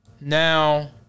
Now